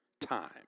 time